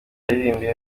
yaririmbiye